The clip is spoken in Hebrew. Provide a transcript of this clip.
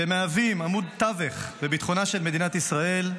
שמהווים עמוד תווך לביטחונה של מדינת ישראל,